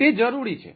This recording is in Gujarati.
તે જરૂરી છે